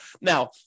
Now